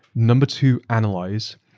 number two, analyze,